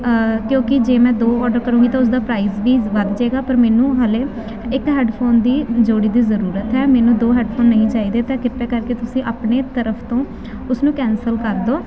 ਕਿਉਂਕਿ ਜੇ ਮੈਂ ਦੋ ਓਰਡਰ ਕਰਾਂਗੀ ਤਾਂ ਉਸਦਾ ਪ੍ਰਾਈਜ਼ ਵੀ ਵੱਧ ਜਾਏਗਾ ਪਰ ਮੈਨੂੰ ਹਾਲੇ ਇੱਕ ਹੈਡਫੋਨ ਦੀ ਜੋੜੀ ਦੀ ਜ਼ਰੂਰਤ ਹੈ ਮੈਨੂੰ ਦੋ ਹੈਡਫੋਨ ਨਹੀਂ ਚਾਹੀਦੇ ਤਾਂ ਕਿਰਪਾ ਕਰਕੇ ਤੁਸੀਂ ਆਪਣੇ ਤਰਫ ਤੋਂ ਉਸਨੂੰ ਕੈਂਸਲ ਕਰ ਦਿਓ